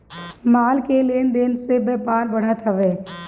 माल के लेन देन से व्यापार बढ़त हवे